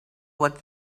what